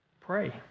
Pray